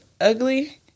ugly